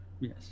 Yes